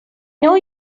know